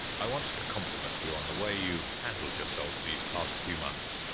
i want to compliment you on the way you've handled yourselves these past few months.